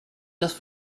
das